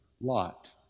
Lot